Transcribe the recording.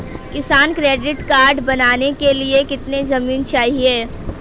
किसान credit card बनाने के लिए कितनी जमीन चाहिए?